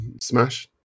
Smash